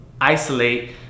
isolate